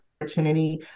opportunity